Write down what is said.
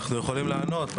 אנחנו יכולים לענות.